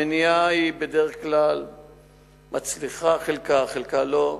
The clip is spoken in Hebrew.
המניעה בדרך כלל מצליחה בחלקה, חלקה לא.